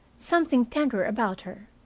something tender about her.